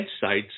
sites